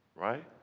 right